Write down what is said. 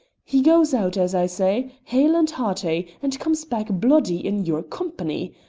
he goes out, as i say, hale and hearty, and comes back bloody in your company.